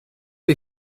les